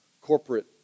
corporate